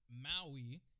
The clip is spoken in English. Maui